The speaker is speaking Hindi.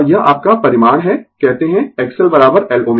और यह आपका परिमाण है कहते है XL L ω